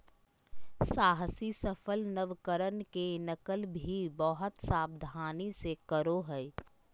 साहसी सफल नवकरण के नकल भी बहुत सावधानी से करो हइ